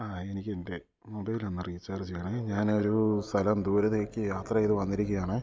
ആ എനിക്കെൻ്റെ മൊബൈലൊന്ന് റീചാർജ് ചെയ്യണേ ഞാനൊരു സ്ഥലം ദൂരത്തേയ്ക്ക് യാത്ര ചെയ്തു വന്നിരിക്കുകയാണ്